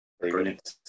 brilliant